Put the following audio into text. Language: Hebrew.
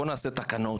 בוא נעשה תקנות,